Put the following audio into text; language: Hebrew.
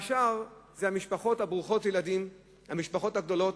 השאר הם משפחות ברוכות ילדים, המשפחות הגדולות,